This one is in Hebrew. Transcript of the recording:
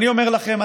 ואני אומר לכם,